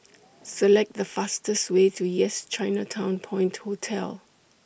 Select The fastest Way to Yes Chinatown Point Hotel